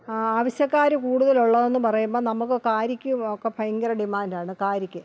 ആവശ്യക്കാർ കൂടുതലുള്ളത് എന്ന് പറയുമ്പം നമുക്ക് കാരിക്കുമൊക്കെ ഭയങ്കര ഡിമാന്റ് ആണ് കാരിക്ക്